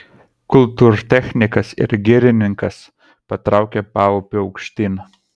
kultūrtechnikas ir girininkas patraukė paupiu aukštyn